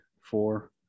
four